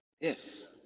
Yes